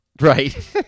Right